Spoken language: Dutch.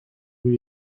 hoe